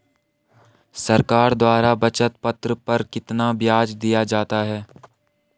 सरकार द्वारा बचत पत्र पर कितना ब्याज दिया जाता है?